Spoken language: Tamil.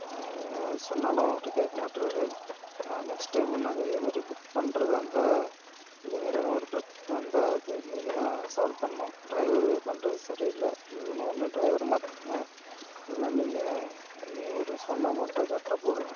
சொன்னாலும் அவர் கேட்க மாட்டுறார் நெக்ஸ்ட் டைம் நாங்கள் இதமாதிரி புக் பண்றதாக இருந்தால் இந்த மாரியான ஒரு பிரச்சனை வந்தால் அது நீங்கள்தான் சால்வ் பண்ணும் டிரைவர் பண்ணுறது சரியில்லை இன்னொன்னு ஒன்று டிரைவரை மாத்துங்கள் இல்லைனா நீங்கள் நீங்கள் ஒரு சொன்ன அமௌன்ட்டை கரெக்ட்டாக போடுங்கள்